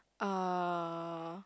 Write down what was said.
uh